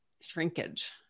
shrinkage